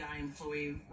employee